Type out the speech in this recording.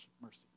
mercy